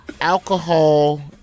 Alcohol